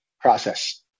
process